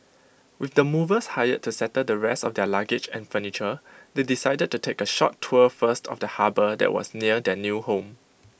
with the movers hired to settle the rest of their luggage and furniture they decided to take A short tour first of the harbour that was near their new home